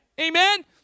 Amen